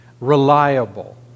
reliable